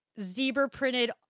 zebra-printed